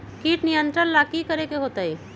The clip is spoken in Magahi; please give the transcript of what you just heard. किट नियंत्रण ला कि करे के होतइ?